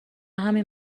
همین